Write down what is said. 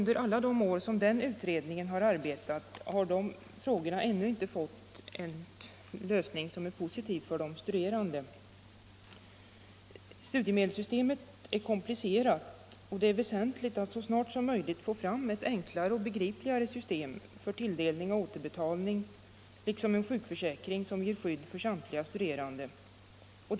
Det har alltså gått åtskilliga år utan att frågorna har fått en för de studerande positiv lösning. Studiemedelssystemet är komplicerat, och det är väsentligt att så snart som möjligt få fram ett enklare och begripligare system för tilldelning och återbetalning och att få en sjukförsäkring som ger samtliga studerande ett skydd.